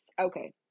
Okay